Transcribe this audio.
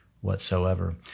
whatsoever